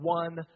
one